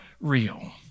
real